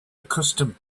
accustomed